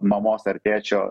mamos ar tėčio